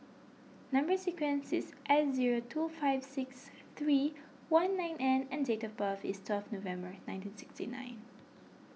Number Sequence is S zero two five six three one nine N and date of birth is twelve November nineteen sixty nine